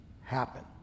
happen